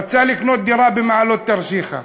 רצה לקנות דירה במעלות תרשיחא.